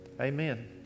Amen